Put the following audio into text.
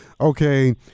okay